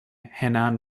henan